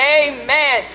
amen